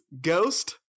ghost